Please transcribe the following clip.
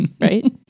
right